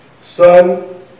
son